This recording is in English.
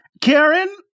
Karen